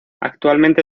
actualmente